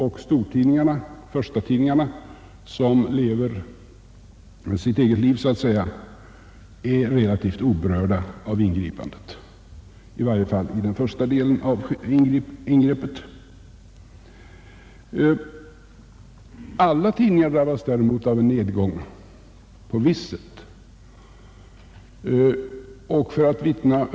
De stora tidningarna, som så att säga lever sitt eget liv, är relativt oberörda av ett sådant ingripande, i varje fall när det gäller den första delen av ingreppet. Alla tidningar drabbas däremot av en nedgång på visst sätt.